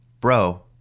bro